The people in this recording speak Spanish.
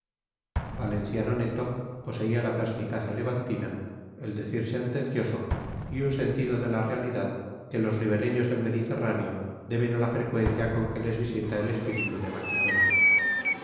valenciano neto poseía la perspicacia levantina el decir sentencioso y un sentido de la realidad que los ribereños del mediterráneo deben a la frecuencia con que les visita el espíritu de maquiavelo